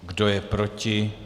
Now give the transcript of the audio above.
Kdo je proti?